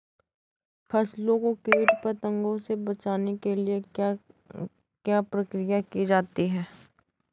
फसलों को कीट पतंगों से बचाने के लिए क्या क्या प्रकिर्या की जाती है?